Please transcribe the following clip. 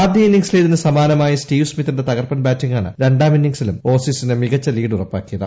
ആദ്യ ഇന്നിംഗ്സിലേതിന് സമാനമായി സ്റ്റീവ് സ്മിത്തിന്റെ തകർപ്പൻ ബാറ്റിംഗാണ് രണ്ടാം ഇന്നിംഗ് സിലും ഓസീസിന് മികച്ച ലീഡ് ഉറപ്പാക്കിയത്